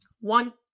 one